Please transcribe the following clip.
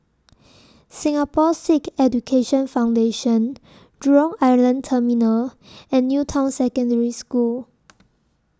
Singapore Sikh Education Foundation Jurong Island Terminal and New Town Secondary School